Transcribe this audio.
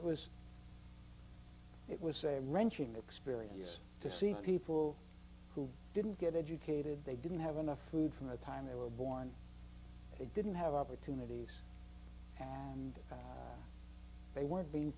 it was it was a wrenching experience to see people who didn't get educated they didn't have enough food from the time they were born they didn't have opportunities and they weren't being